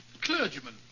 clergyman